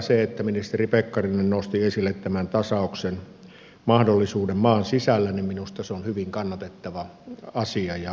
se että edustaja pekkarinen nosti esille tämän tasauksen mahdollisuuden maan sisällä on minusta hyvin kannatettava asia ja ajatus